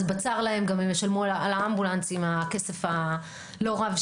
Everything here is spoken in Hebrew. אז בצר להם הם גם ישלמו על האמבולנס עם הכסף הלא רב,